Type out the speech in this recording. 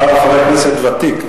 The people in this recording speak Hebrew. אתה חבר כנסת ותיק.